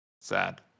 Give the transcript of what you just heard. sad